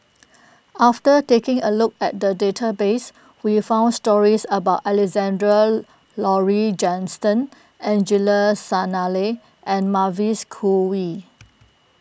after taking a look at the database we found stories about Alexander Laurie Johnston Angelo Sanelli and Mavis Khoo Oei